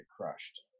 crushed